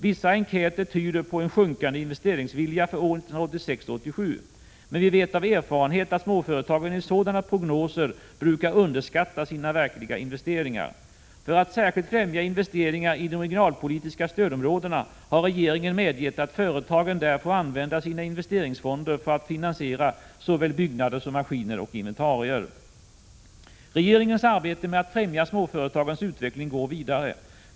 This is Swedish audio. Vissa enkäter tyder på en sjunkande investeringsvilja för åren 1986 och 1987. Men vi vet av erfarenhet att småföretagen i sådana prognoser brukar underskatta sina verkliga investeringar. För att särskilt främja investeringar i de regionalpolitiska stödområdena har regeringen medgett att företagen där får använda sina investeringsfonder för att finansiera såväl byggnader som maskiner och inventarier. Regeringens arbete med att främja småföretagens utveckling går vidare.